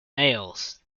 males